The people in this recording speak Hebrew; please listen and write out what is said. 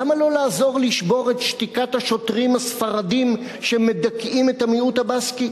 למה לא לעזור לשבור את שתיקת השוטרים הספרדים שמדכאים את המיעוט הבסקי?